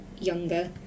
younger